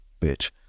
bitch